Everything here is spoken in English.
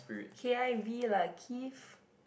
k_i_v lah kiv